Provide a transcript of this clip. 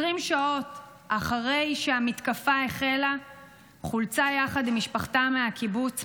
20 שעות אחרי שהמתקפה החלה היא חולצה יחד עם משפחתה מהקיבוץ,